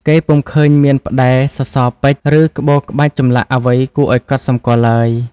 គេពុំឃើញមានផ្តែរ សសរពេជ្រ ឬក្បូរក្បាច់ចម្លាក់អ្វីគួរឱ្យកត់សម្គាល់ឡើយ។